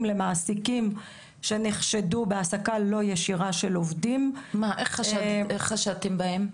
למעסיקים שנחשדו בהעסקה לא ישירה של עובדים --- איך חשדתם בהם?